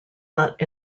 not